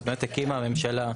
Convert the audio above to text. אז באמת הקימה הממשלה,